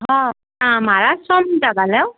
हा तव्हां महाराज स्वामी था ॻाल्हायो